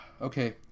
Okay